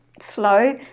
slow